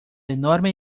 enorme